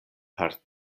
per